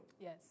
yes